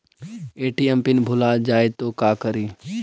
ATM pin भुला जाए तो का करी?